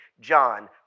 John